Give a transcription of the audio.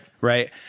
Right